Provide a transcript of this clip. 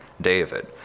David